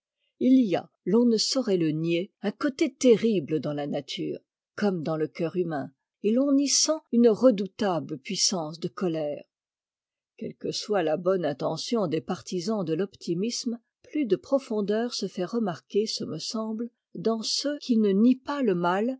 i y a l'on ne saurait le nier un côté terrible dans la nature comme dans le cœur humain et l'on y sent une redoutable puissance de colère quelle que soit la bonne intention des partisans de l'optimisme pius de profondeur se fait remarquer ce me semble dans ceux qui ne nient pas lemal mais